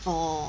orh